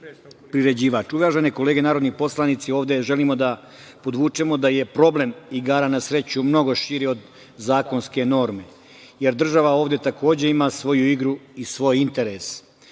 kolege narodni poslanici, ovde želimo da podvučemo da je problem igara na sreću mnogo je širi od zakonske norme, jer država ovde takođe kraj ima svoju igru i svoj interes.